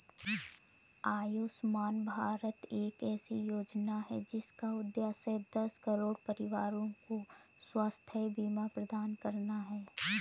आयुष्मान भारत एक ऐसी योजना है जिसका उद्देश्य दस करोड़ परिवारों को स्वास्थ्य बीमा प्रदान करना है